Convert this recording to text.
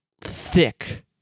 thick